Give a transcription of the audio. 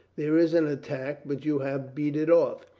there is an attack, but you have beat it off.